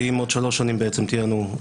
ואם עוד שלוש שנים בעצם תהיה לנו,